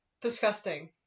disgusting